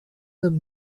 them